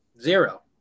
zero